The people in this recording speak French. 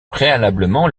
préalablement